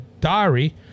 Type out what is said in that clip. diary